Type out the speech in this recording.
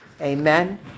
Amen